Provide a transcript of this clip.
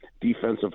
defensive